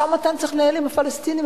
משא-ומתן צריך לנהל עם הפלסטינים.